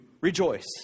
rejoice